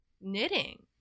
knitting